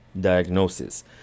diagnosis